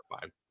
fine